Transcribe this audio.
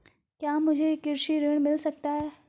क्या मुझे कृषि ऋण मिल सकता है?